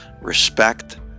respect